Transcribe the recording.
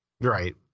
Right